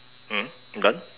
mm done